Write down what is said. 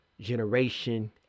generation